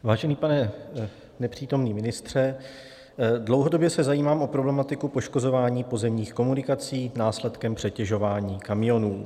Vážený pane nepřítomný ministře, dlouhodobě se zajímám o problematiku poškozování pozemních komunikací následkem přetěžování kamionů.